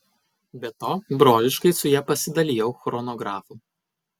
be to broliškai su ja pasidalijau chronografu